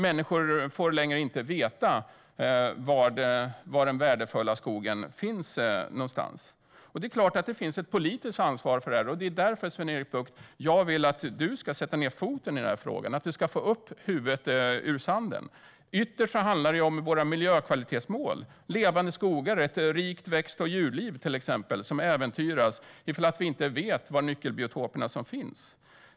Människor får inte längre veta var den värdefulla skogen finns. Det är klart att det finns ett politiskt ansvar för det här, och det är därför, Sven-Erik Bucht, som jag vill att du ska sätta ned foten i den här frågan och få upp huvudet ur sanden. Ytterst handlar det om våra miljökvalitetsmål, till exempel Levande skogar och Ett rikt växt och djurliv, som äventyras om vi inte vet var nyckelbiotoperna finns.